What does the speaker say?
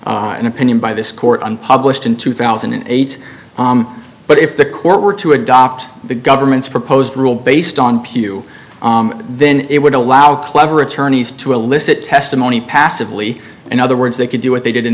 proposition an opinion by this court unpublished in two thousand and eight but if the court were to adopt the government's proposed rule based on pew then it would allow clever attorneys to elicit testimony passively in other words they could do what they did in